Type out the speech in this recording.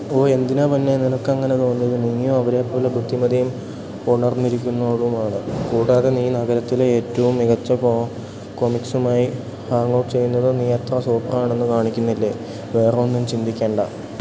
ഓ എന്തിനാ പൊന്നേ നിനക്ക് അങ്ങനെ തോന്നുന്നത് നീയും അവരെപ്പോലെ ബുദ്ധിമതിയും ഉണർന്നിരിക്കുന്നവളുമാണ് കൂടാതെ നീ നഗരത്തിലെ ഏറ്റവും മികച്ച കൊമിക്സുമായി ഹാങ്ഔട്ട് ചെയ്യുന്നത് നീ എത്ര സൂപ്പറാണെന്നു കാണിക്കുന്നില്ലേ വേറെ ഒന്നും ചിന്തിക്കേണ്ട